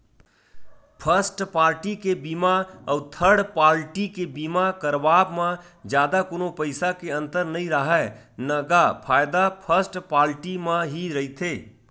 first party के बीमा अउ थर्ड पाल्टी के बीमा करवाब म जादा कोनो पइसा के अंतर नइ राहय न गा फायदा फस्ट पाल्टी म ही रहिथे